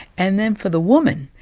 and then for the woman,